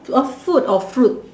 to a food or fruits